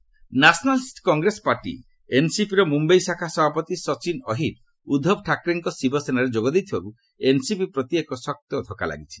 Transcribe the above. NCP leader nationalist Congress party ଏନ୍ସିପିର ମୁମ୍ୟାଇ ଶାଖା ସଭାପତି ସଚିନ ଅହିର ଉଦ୍ଧବ ଠାକ୍ରେଙ୍କ ଶିବସେନାରେ ଯୋଗ ଦେଇଥିବାରୁ ଏନ୍ସିପି ପ୍ରତି ଏକ ଶକ୍ତ ଧକ୍କା ଲାଗିଛି